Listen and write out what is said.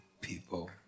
people